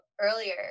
earlier